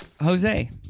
Jose